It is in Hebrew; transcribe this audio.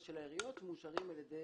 בתי הספר פטורים, המגורים אינם פטורים.